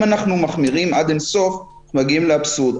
אם אנחנו מחמירים עד אין סוף, מגיעים לאבסורד.